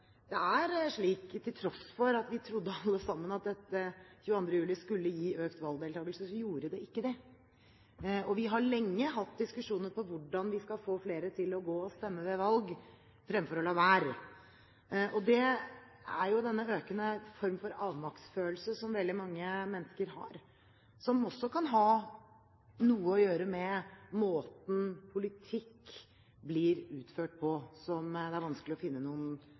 slik at til tross for at vi alle trodde at 22. juli skulle gi økt valgdeltakelse, så gjorde det ikke det. Vi har lenge hatt diskusjoner om hvordan vi skal få flere til å gå og stemme ved valg fremfor å la være. Det er denne økende formen for avmaktsfølelse som veldig mange mennesker har, som også kan ha noe å gjøre med måten politikk blir utført på, som det er vanskelig å finne noen